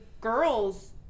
girls